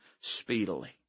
speedily